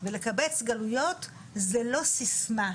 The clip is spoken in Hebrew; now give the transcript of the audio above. ולקבץ גלויות זו לא סיסמה,